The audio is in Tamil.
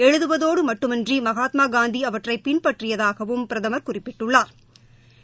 எழுதுவதோடு மட்டுமன்றி மகாத்மாகாந்தி அவற்றை பின்பற்றியதாகவும் பிரதமா் குறிப்பிட்டுள்ளாா்